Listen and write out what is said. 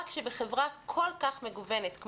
רק שבחברה כל כך מגוונת,